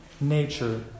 nature